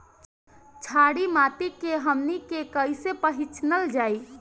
छारी माटी के हमनी के कैसे पहिचनल जाइ?